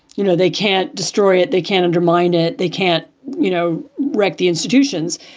you know, they can't destroy it. they can't undermine it. they can't, you know, wreck the institutions.